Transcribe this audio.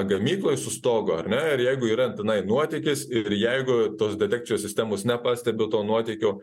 gamykloj su stogu ar ne ir jeigu yra tenai nuotekis ir jeigu tos detekcijos sistemos nepastebi to nuotekio